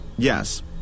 Yes